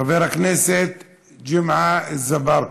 חבר הכנסת ג'מעה אזברגה,